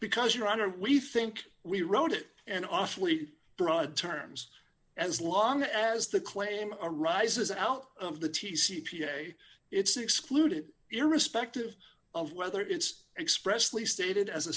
because your honor we think we wrote it and awfully broad terms as long as the claim arises out of the t c p a it's excluded irrespective of whether it's expressly stated as a